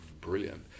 brilliant